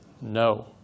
No